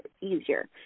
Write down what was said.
easier